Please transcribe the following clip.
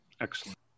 Excellent